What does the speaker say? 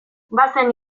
bazen